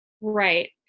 Right